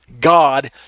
god